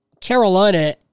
Carolina